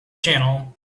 channel